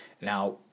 Now